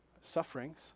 sufferings